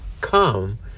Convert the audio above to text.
come